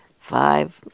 five